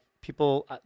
people